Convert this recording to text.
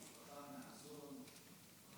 המשפחה הזאת היא משפחה מעזון,